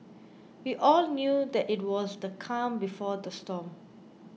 we all knew that it was the calm before the storm